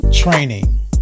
Training